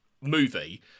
movie